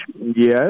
Yes